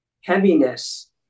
heaviness